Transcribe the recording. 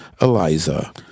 eliza